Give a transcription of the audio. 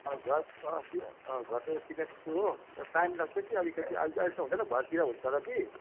घर त्यो घर त चिनेको छु हो तर टाइम लाग्छ कि अलिकति अहिले अहिले त हुँदैन भरेतिर हुन्छ होला कि